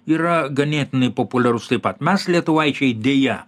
yra ganėtinai populiarus taip pat mes lietuvaičiai deja